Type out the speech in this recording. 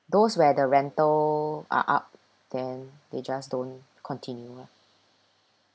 those where the rental are up then they just don't continue lah